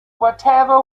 whatever